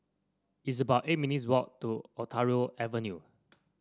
it's about eight minutes' walk to Ontario Avenue